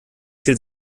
viel